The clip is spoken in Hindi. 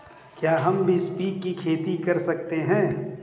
क्या हम भी सीप की खेती कर सकते हैं?